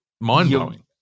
mind-blowing